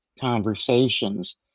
conversations